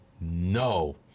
no